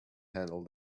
handle